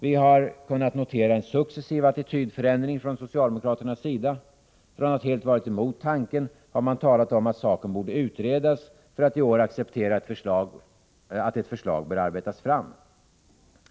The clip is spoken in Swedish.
Vi har kunnat notera en successiv attitydförändring från socialdemokraternas sida. Från att helt ha varit emot tanken har man börjat tala om att saken borde utredas, för att i år acceptera att ett förslag bör utarbetas.